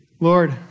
Lord